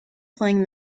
playing